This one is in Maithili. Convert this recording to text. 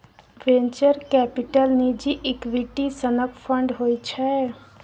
वेंचर कैपिटल निजी इक्विटी सनक फंड होइ छै